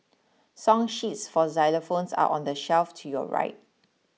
song sheets for xylophones are on the shelf to your right